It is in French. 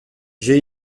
j’ai